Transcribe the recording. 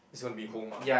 it's gonna be home ah